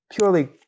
Purely